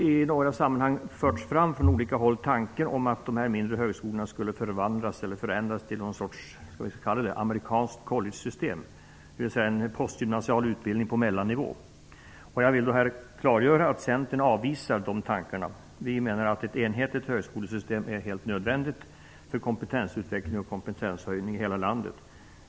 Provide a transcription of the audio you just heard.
I några sammanhang har från olika håll förts fram en tanke om att de mindre högskolorna skulle förändras till en sorts amerikanskt collegesystem, dvs. en postgymnasial utbildning på mellannivå. Jag vill här klargöra att Centern avvisar en sådan tanke. Vi menar att ett enhetligt högskolesystem är helt nödvändigt för kompetensutveckling och kompetenshöjning i hela landet.